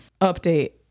update